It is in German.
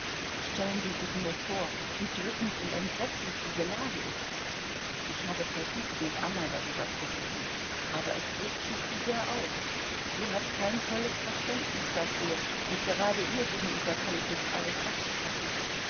stellen sie sich nur vor wie drückend und entsetzlich diese lage ist ich habe versucht mit anna darüber zu reden aber es regt sie zu sehr auf sie hat kein volles verständnis dafür und gerade ihr gegenüber kann ich nicht alles aussprechen